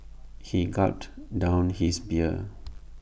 he gulped down his beer